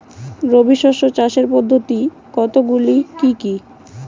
রবি শস্য চাষের পদ্ধতি কতগুলি কি কি?